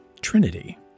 Trinity